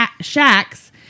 shacks